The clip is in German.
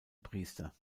priester